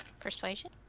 Persuasion